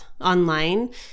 online